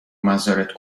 مزارت